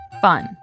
fun